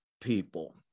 people